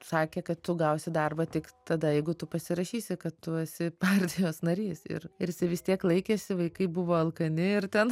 sakė kad tu gausi darbą tik tada jeigu tu pasirašysi kad tu esi partijos narys ir ir vis tiek laikėsi vaikai buvo alkani ir ten